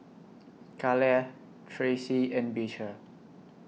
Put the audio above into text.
Kaleigh Tracy and Beecher